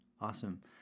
Awesome